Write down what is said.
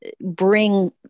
bring